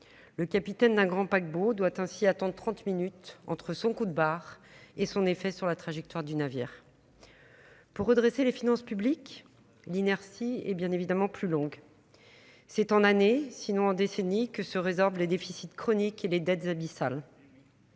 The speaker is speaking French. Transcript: le Capitaine d'un grand paquebot doit ainsi attendre 30 minutes entre son coup de barre et son effet sur la trajectoire du navire pour redresser les finances publiques, l'inertie et bien évidemment plus longue, c'est en années sinon en décennies que se résorbe les déficits chroniques et les dettes abyssales